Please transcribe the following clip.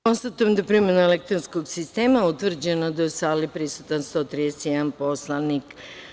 Konstatujem da je primenom elektronskog sistema utvrđeno da je u sali prisutan 131 poslanik.